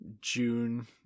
June